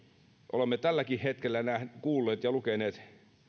olemme tälläkin hetkellä kuulleet ja lukeneet